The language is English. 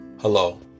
Hello